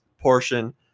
portion